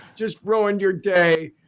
just ruined your day.